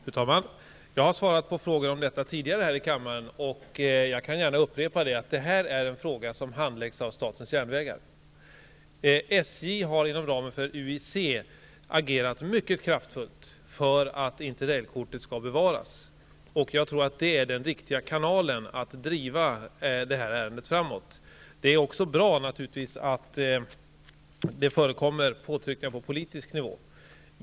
Fru talman! Jag har svarat på frågor om detta tidigare här i kammaren, och jag kan gärna upprepa att detta är en fråga som handläggs av statens järnvägar. SJ har inom ramen för UIC agerat mycket kraftfullt för att Inter rail-kortet skall bevaras. Jag tror att det är den riktiga kanalen att driva detta ärende framåt. Det är naturligtvis också bra att det förekommer påtryckningar på politisk nivå.